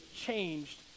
changed